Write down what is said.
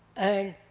and